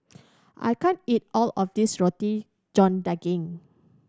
I can't eat all of this Roti John Daging